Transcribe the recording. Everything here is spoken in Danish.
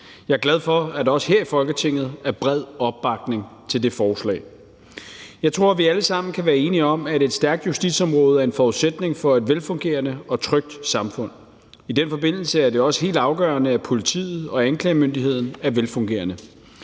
Jeg er glad for, at der også her i Folketinget er bred opbakning til det forslag. Jeg tror, at vi alle sammen kan være enige om, at et stærkt justitsområde er en forudsætning for et velfungerende og trygt samfund. I den forbindelse er det også helt afgørende, at politiet og anklagemyndigheden er velfungerende.